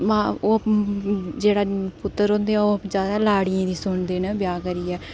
मां ओह् जेह्ड़े पुत्तर होंदे ओह् जैदा लाडियै दी सुनदे न ब्याह् करियै